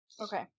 okay